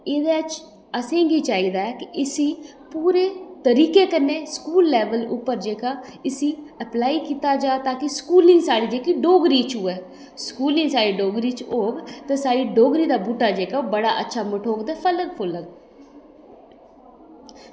ते एह्दे च असेंगी चाहिदा ऐ की इसी पूरे तरीकै कन्नै स्कूल लेवल उप्पर जेह्का इसी एप्लाई कीता जा ताकी स्कूलिंग जेह्ड़ी साढ़ी डोगरी च होऐ स्कूलिंग साढ़ी डोगरी च होग ते साढ़ी डोगरी दा बूह्टा जेह्ड़ा ओह् पल्लग ते मठोग